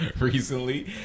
recently